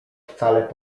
wcale